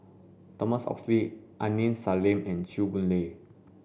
Thomas Oxley Aini Salim and Chew Boon Lay